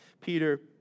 Peter